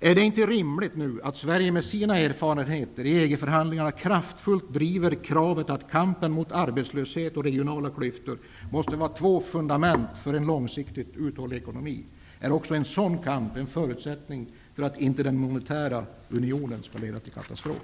Är det inte rimligt att Sverige med sina erfarenheter i EG-förhandlingarna kraftfullt driver kravet att kampen mot arbetslöshet och regionala klyftor måste vara två fundament för en långsiktigt uthållig ekonomi? Är inte också en sådan kamp en förutsättning för att inte den monetära unionen skall leda till en katastrof?